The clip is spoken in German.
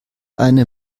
eine